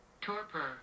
torpor